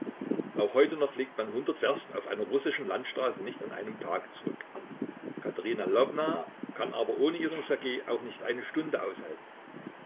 auch heute noch legt man hundert werst auf einer russischen landstraße nicht an einem tag zurück katerina lwowna kann aber ohne ihren ssergej auch nicht eine stunde aushalten